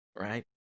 Right